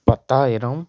பத்தாயிரம்